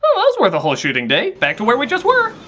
but was worth a whole shooting day, back to where we just were!